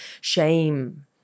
shame